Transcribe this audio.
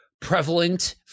prevalent